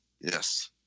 Yes